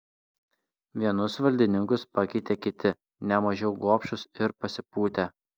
vienus valdininkus pakeitė kiti ne mažiau gobšūs ir pasipūtę